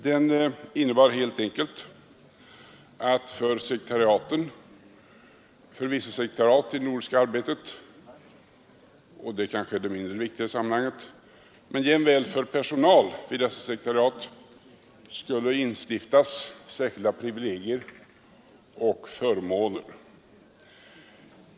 Den innebär helt enkelt att det för vissa sekretariat i det nordiska arbetet — det kanske är det mindre viktiga i sammanhanget — och jämväl för personalen i dessa skulle införas särskilda privilegier och förmåner.